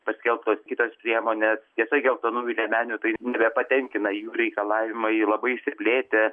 paskelbtos kitos priemonės tiesa geltonųjų liemenių tai nebepatenkina jų reikalavimai labai išsiplėtę